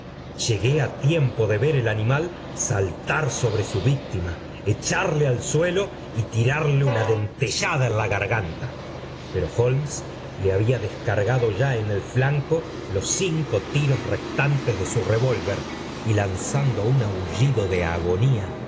gué a tiempo de ver el animal huitín soler nu v íe tima echarle al suelo y tirarlo nim d id liada m la garganta pero holmes lo había descargado ya en el flanco los cinco tiros restantes de su revólver y lanzando un aullido do agonía